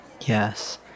Yes